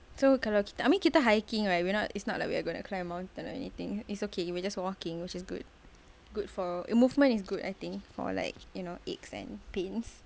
so kalau kita I mean kita hiking right we're not it's not like we're gonna climb a mountain or anything it's okay if we're just walking it's good good for you movement is good I think for like you know aches and pains